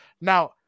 now